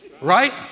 right